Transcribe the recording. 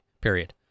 period